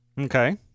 Okay